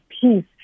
peace